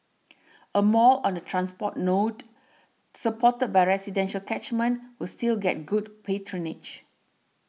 a mall on a transport node supported by residential catchment will still get good patronage